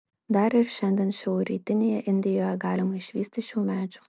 dar ir šiandien šiaurrytinėje indijoje galima išvysti šių medžių